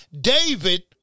David